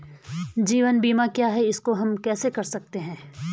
जीवन बीमा क्या है इसको हम कैसे कर सकते हैं?